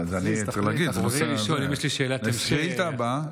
השאילתה הבאה.